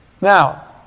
Now